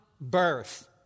birth